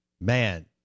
Man